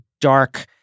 dark